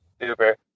Super